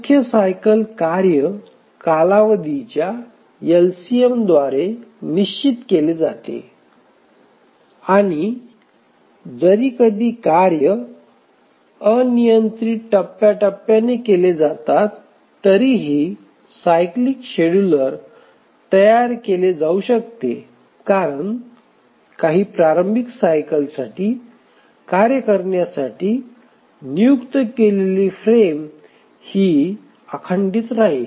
मुख्य सायकल कार्य कालावधीच्या एलसीएम द्वारे निश्चित केले जाते आणि जरी कधी कार्य अनियंत्रित टप्प्याटप्प्याने केले जातात तरीही सायक्लीक शेड्युलर तयार केले जाऊ शकते कारण काही प्रारंभिक सायकलसाठी कार्य करण्यासाठी नियुक्त केलेली फ्रेम ही अखंडित राहील